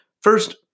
First